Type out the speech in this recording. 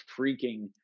freaking